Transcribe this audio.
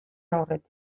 aurretik